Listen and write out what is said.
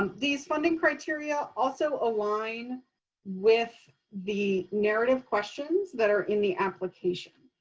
um these funding criteria also align with the narrative questions that are in the application.